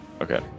Okay